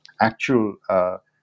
actual